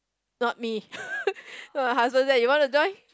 not me then my husband said you want to join